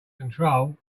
control